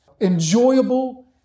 enjoyable